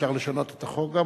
אפשר גם לשנות את החוק?